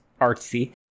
artsy